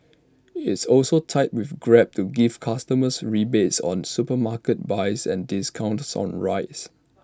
it's also tied with grab to give customers rebates on supermarket buys and discounts on rides